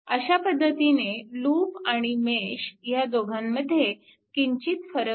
अशा रीतीने लूप आणि मेश ह्या दोघांमध्ये किंचित फरक आहे